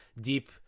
deep